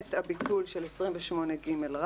למעט הביטול של 28ג,